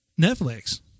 Netflix